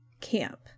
camp